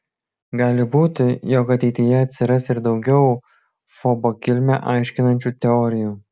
gali būti jog ateityje atsiras ir daugiau fobo kilmę aiškinančių teorijų